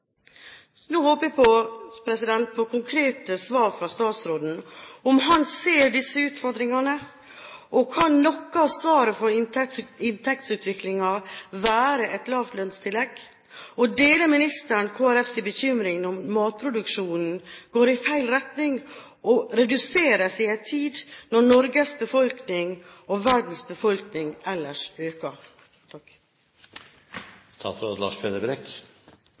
Nå håper jeg på konkrete svar fra statsråden på om han ser disse utfordringene. Kan noe av svaret fra inntektsutviklingen være et lavlønnstillegg? Og deler ministeren Kristelig Folkepartis bekymring når matproduksjonen går i feil retning og reduseres i en tid da Norges befolkning og verdens befolkning